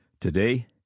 Today